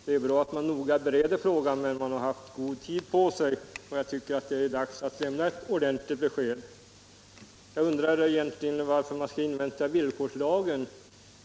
Det är bra att man noga bereder frågan, men man har haft god tid på sig. Jag tycker att det är dags att nu lämna ett ordentligt besked. Jag undrar varför man skall invänta villkorslagen.